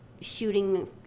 shooting